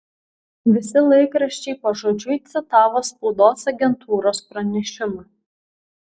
visi laikraščiai pažodžiui citavo spaudos agentūros pranešimą